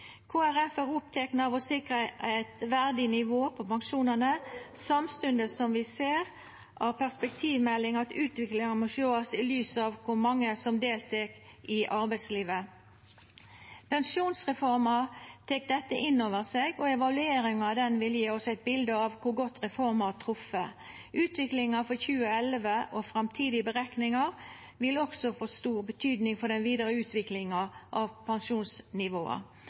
er oppteke av å sikra eit verdig nivå på pensjonane, samstundes som vi ser av perspektivmeldinga at utviklinga må sjåast i lys av kor mange som deltek i arbeidslivet. Pensjonsreforma tek dette inn over seg, og evalueringa av den vil gje oss eit bilde av kor godt reforma har treft. Utviklinga frå 2011 og framtidige berekningar vil også få stor betydning for den vidare utviklinga av pensjonsnivåa.